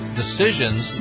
decisions